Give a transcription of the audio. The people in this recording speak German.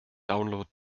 download